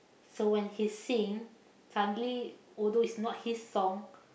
so when he sing suddenly although it's not his song